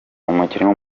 umukinnyi